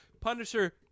Punisher